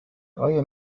آیا